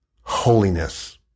holiness